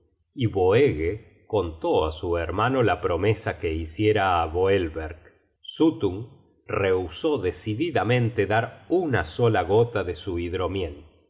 y boege contó á su hermano la promesa que hiciera á boelverck suttung rehusó decididamente dar una sola gota de su hidromiel